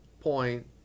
point